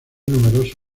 numerosos